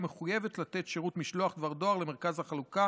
מחויבת לתת שירות משלוח דבר דואר למרכז חלוקה